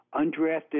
undrafted